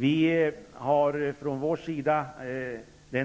Vi har från vår sida